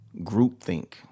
groupthink